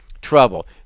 trouble